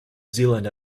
zealand